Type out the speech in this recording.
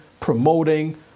Promoting